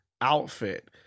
outfit